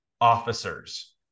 officers